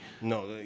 No